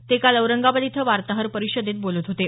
ते काल औरंगाबाद इथं वार्ताहर परिषदेत बोलत होते